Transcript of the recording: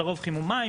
לרוב חימום מים,